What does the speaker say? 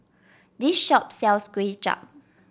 this shop sells Kway Chap